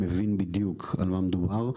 מבין בדיוק על מה מדובר,